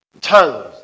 tongues